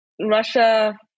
Russia